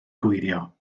gwylio